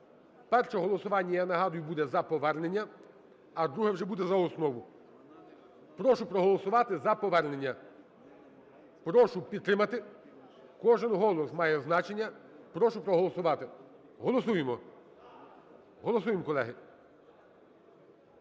Перше голосування, я нагадую, буде за повернення, а друге вже буде за основу. Прошу проголосувати за повернення. Прошу підтримати. Кожен голос має значення, прошу проголосувати. Голосуємо! Голосуємо, колеги.